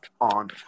on